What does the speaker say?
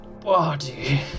body